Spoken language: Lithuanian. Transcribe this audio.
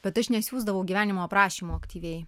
bet aš nesiųsdavau gyvenimo aprašymo aktyviai